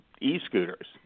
e-scooters